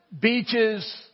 Beaches